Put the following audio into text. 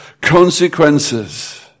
consequences